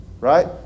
Right